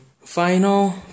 final